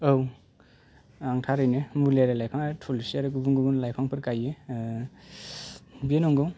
औ आं थारैनो मुलियारि लाइफां आरो थुलुंसि आरो गुबुन गुबुन लाइफांफोर गायो बे नंगौ